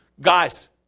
guys